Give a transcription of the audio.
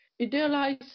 idealize